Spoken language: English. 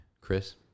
Chris